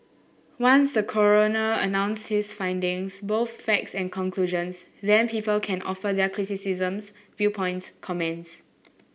once the coroner announces his findings both facts and conclusions then people can offer their criticisms viewpoints comments